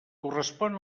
correspon